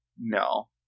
No